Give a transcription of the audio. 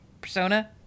Persona